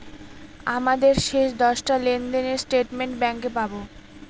আমাদের শেষ দশটা লেনদেনের স্টেটমেন্ট ব্যাঙ্কে পাবো